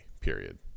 Period